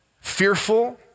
fearful